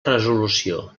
resolució